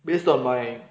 based on my